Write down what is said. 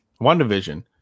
WandaVision